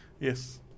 Yes